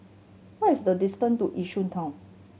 what is the distance to Yishun Town